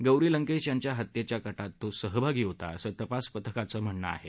गौरी लंकेश यांच्या हत्त्येच्या कटात तो सहभागी होता असं तपास पथकाचं म्हणणं आहे